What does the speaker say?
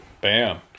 Bam